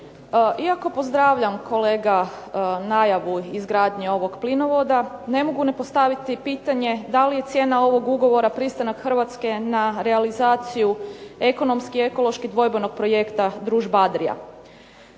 Iako pozdravljam kolega najavu izgradnje ovog plinovoda ne mogu ne postaviti pitanje da li je cijena ovog ugovora pristanak Hrvatske na realizaciju ekonomski i ekološki dvojbenog projekta družba Adria.